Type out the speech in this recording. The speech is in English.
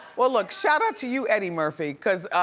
well look shout out to you eddie murphy, cause